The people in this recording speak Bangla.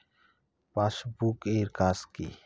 পাশবুক এর কাজ কি?